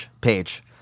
page